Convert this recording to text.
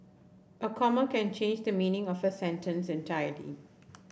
a comma can change the meaning of a sentence entirely